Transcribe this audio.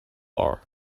are